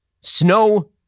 Snow